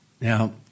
Now